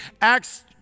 Acts